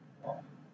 !wah!